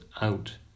out